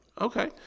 Okay